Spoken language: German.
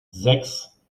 sechs